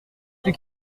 plus